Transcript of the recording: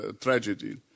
tragedy